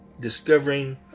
discovering